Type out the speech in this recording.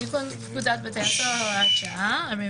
תיקון פקודת בתי הסוהר, הוראת שעה43.